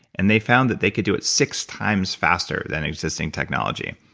and they found that they could do it six times faster than existing technology.